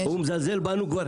זה מוצר יותר טוב.